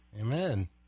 Amen